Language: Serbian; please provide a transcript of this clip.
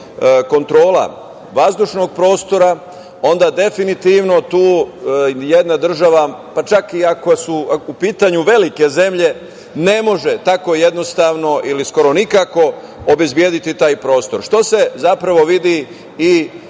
kontrola vazdušnog prostora onda definitivno tu jedna država, pa čak iako su u pitanju velike zemlje ne može tako jednostavno ili skoro nikako obezbediti taj prostor. Što se zapravo vidi iz